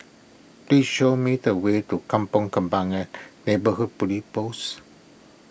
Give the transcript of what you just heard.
please show me the way to Kampong Kembangan Neighbourhood Police Post